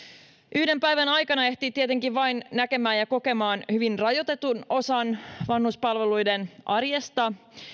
yhden päivän aikana ehtii tietenkin näkemään ja kokemaan vain hyvin rajoitetun osan vanhuspalveluiden arjesta